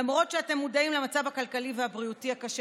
למרות שאתם מודעים למצב הכלכלי והבריאותי הקשה